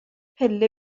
پله